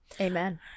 Amen